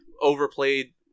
overplayed